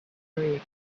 excited